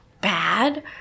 bad